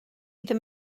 ddim